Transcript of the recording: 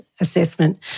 assessment